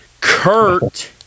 Kurt